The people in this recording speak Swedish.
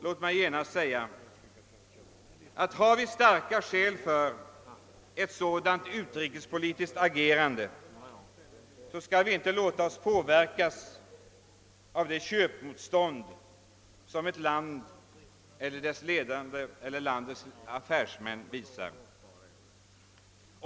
Låt mig genast tillägga att om vi har starka skäl för ett sådant utrikespolitiskt agerande, så skall vi inte låta oss påverka av det köpmotstånd som ett land eller landets affärsmän visar.